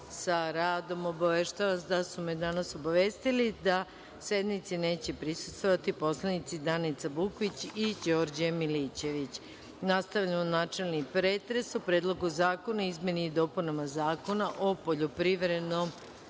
sa radom. Obaveštavam vas da su me danas obavestili da sednici neće prisustvovati poslanici Danica Bukvić i Đorđe Milićević. Nastavljamo načelni pretres o Predlogu zakona o izmenama i dopunama Zakona o poljoprivrednom